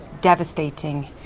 Devastating